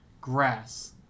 grass